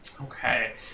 Okay